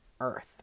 earth